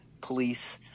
police